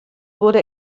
wurde